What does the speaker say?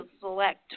select